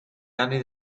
anni